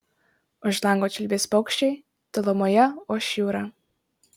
už lango čiulbės paukščiai tolumoje oš jūra